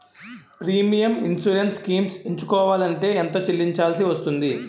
Premium insurance schemes ఎంచుకోవలంటే ఎంత చల్లించాల్సివస్తుంది??